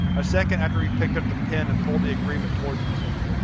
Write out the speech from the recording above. a second after he picked up the pen and pulled the agreement towards himself.